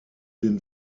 den